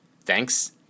Thanks